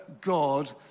God